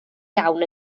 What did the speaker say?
iawn